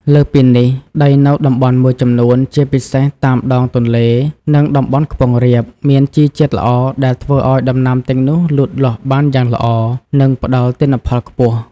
លើសពីនេះ ដីនៅតំបន់មួយចំនួន ជាពិសេសតាមដងទន្លេ និងតំបន់ខ្ពង់រាប មានជីជាតិល្អដែលធ្វើឱ្យដំណាំទាំងនោះលូតលាស់បានយ៉ាងល្អ និងផ្តល់ទិន្នផលខ្ពស់។